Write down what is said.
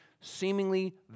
seemingly